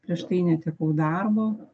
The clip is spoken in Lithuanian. prieš tai netekau darbo